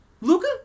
Luca